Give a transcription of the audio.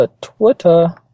Twitter